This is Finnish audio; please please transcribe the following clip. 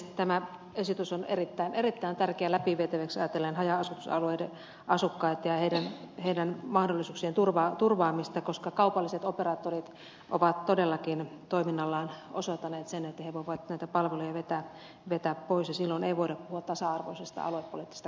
tämä esitys on erittäin erittäin tärkeä läpi vietäväksi ajatellen haja asutusalueiden asukkaita ja heidän mahdollisuuksiensa turvaamista koska kaupalliset operaattorit ovat todellakin toiminnallaan osoittaneet sen että he voivat näitä palveluja vetää pois ja silloin ei voida puhua tasa arvoisesta aluepoliittisesta kehityksestä